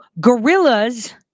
gorillas